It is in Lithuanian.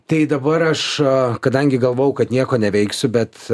tai dabar aš kadangi galvojau kad nieko neveiksiu bet